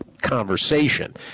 conversation